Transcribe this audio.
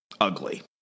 ugly